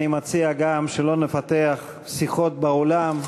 אני מציע גם שלא נפתח שיחות באולם,